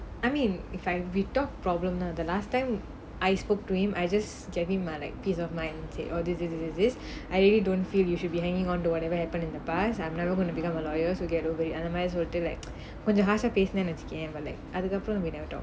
I mean if I we talk problem lah the last time I spoke to him I just gave him my like peace of mind and said oh this this this this this I really don't feel you should be hanging on to whatever happened in the past I'm never going to become a lawyer so get over it அந்த மாறி சொல்லிட்டு:antha maari sollittu but like கொஞ்சம்:konjam harsh ah பேசுனுனு வெச்சிக்கோயே:pesununu vechikoyae but after that we never talked